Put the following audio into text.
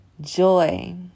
joy